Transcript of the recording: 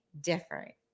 different